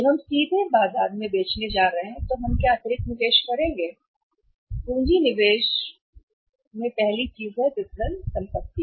जब हम सीधे बाजार में बेचने जा रहे हैं तो हम क्या अतिरिक्त निवेश करेंगे यहां करें और कहेंगे कि पूंजी निवेश पहली चीज पूंजी निवेश है विपणन संपत्ति